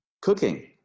Cooking